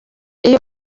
iyo